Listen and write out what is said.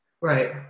Right